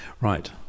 right